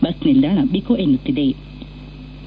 bus ನಿಲ್ದಾಣ ಬಿಕೋ ಎನ್ನುತ್ತಿವೆ